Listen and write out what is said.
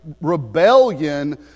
rebellion